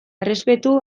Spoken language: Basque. errespetu